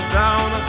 down